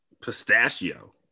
pistachio